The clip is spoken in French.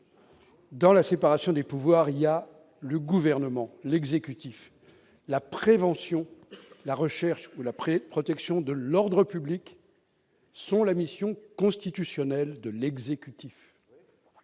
Dans la séparation des pouvoirs, il y a le gouvernement, l'exécutif, la prévention, la recherche, la de protection de l'ordre public. Son la mission constitutionnelle de l'exécutif